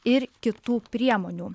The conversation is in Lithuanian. ir kitų priemonių